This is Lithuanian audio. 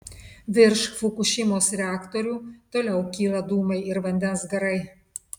virš fukušimos reaktorių toliau kyla dūmai ir vandens garai